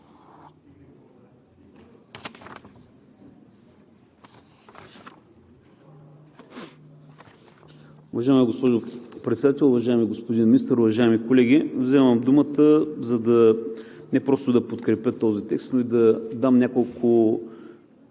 Уважаема госпожо Председател, уважаеми господин Министър, уважаеми колеги! Взимам думата не просто да подкрепя този текст, но и да изкажа няколко